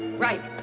right.